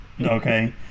okay